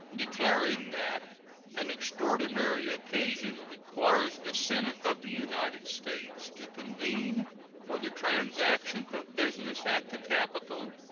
declaring that an extraordinary occasion requires the senate of the united states to convene for the transaction of business at the capitol,